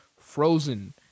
frozen